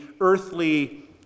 earthly